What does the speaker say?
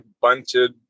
bunted